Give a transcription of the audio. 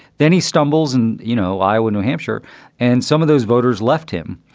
then he stumbles and, you know, iowa, new hampshire and some of those voters left him,